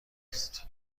است